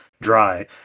dry